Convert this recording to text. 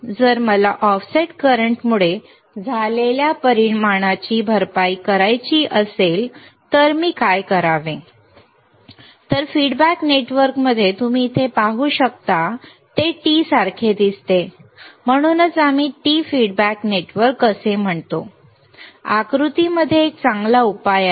जर मला ऑफसेट करंटमुळे झालेल्या परिणामाची भरपाई करायची असेल तर मी काय करावे तर फीडबॅक नेटवर्क तुम्ही इथे पाहू शकता ते T सारखे दिसते म्हणूनच आम्ही T फीडबॅक नेटवर्क असे म्हणतो आकृती मध्ये एक चांगला उपाय आहे